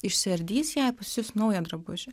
išsiardys ją pasisiūs naują drabužį